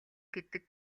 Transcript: гэдэг